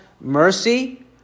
mercy